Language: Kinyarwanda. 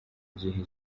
gihe